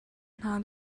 hna